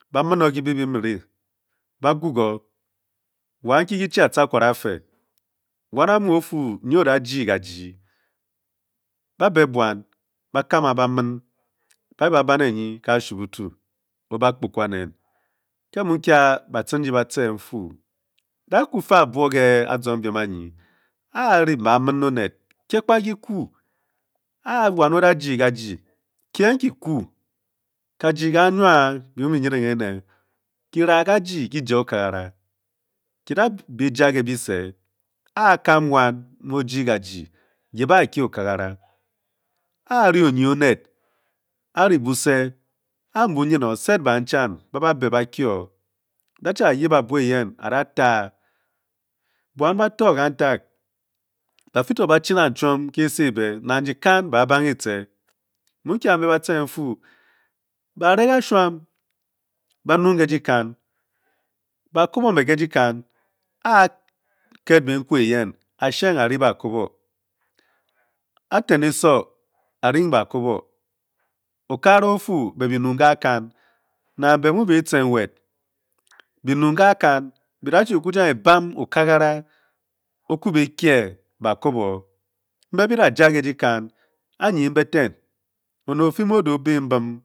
Ba mmeme o kibe be mmere. ba guogo wa nki ki chi a-tce a-kwure a-fee. wan a-mu o-fuu nyi o-da jigaji. ba be buan ba kama ba mmend. ba uip ba ba banyi ke ashibutu, o ba kpoe kwan nen. ke mu kia ba tcen gi batce n-uu denghe ku-fe ebuo ke a-zong biem anyin a-a-ri mbe ba mmend oned kia kpa ktku. a-wan o-da jigaji. kien kiku. kaji ka nuan be mu bi nyidenh ene. kira ka ji ki je okagara. ki da be ja ke be se. a-a-kam wan mu o-jigaji yipna-a-kige okagara a-a-ri onyin oned. a-ri buse a-mbu bu nyin o saad ban vhan, ba ba beh ba kye o datce yip abuo eyen a-da ta. buan ba fo kanteg ba fii to ba chi nang choum ke ese be nang dyikan be barche e-tce. mu kia kambe batce n-fu, ba re ka shuam ba nung ke dyikan. ba kobo mbe ke dyikan. a-pked bengua eyen a-seng a-ri ba tobo, a-ten eso r-ring ba kobo, okafara o-fi be bi nunh ke a-kan namg be mu be tce nwed. be nung ke a-kan be da chi be kwu juanh e-bam okagara o-kwi be kye ba kobo. mbe bi da-ja ke-dyikan a-nyi nbeten oned o-fe mu o-da o-be mbumd.